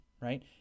right